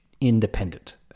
independent